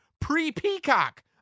pre-peacock